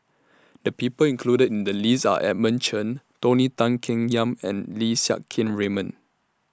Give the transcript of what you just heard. The People included in The list Are Edmund Chen Tony Tan Keng Yam and Lim Siang Keat Raymond